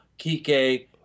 Kike